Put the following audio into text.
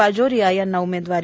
बाजोरीया यांना उमेदवारी